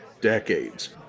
decades